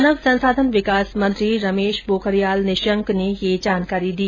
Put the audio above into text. मानव संसाधन विकास मंत्री रमेश पोखरियाल निशंक ने ये जानकारी दी